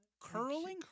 Curling